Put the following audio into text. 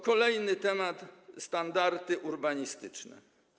Kolejny temat: standardy urbanistyczne.